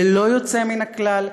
ללא יוצא מן הכלל,